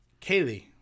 Kaylee